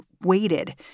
waited